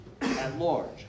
at-large